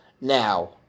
now